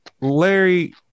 Larry